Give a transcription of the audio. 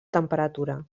temperatura